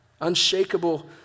Unshakable